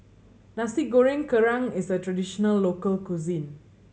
Nasi Goreng Kerang is a traditional local cuisine